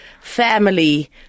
family